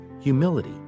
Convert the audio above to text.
humility